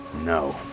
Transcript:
No